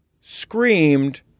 Screamed